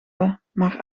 we—maar